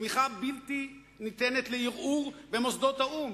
תמיכה בלתי ניתנת לערעור במוסדות האו"ם,